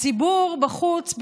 הציבור בחוץ,